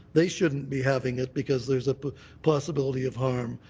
they shouldn't be having it because there is a possibility of harm.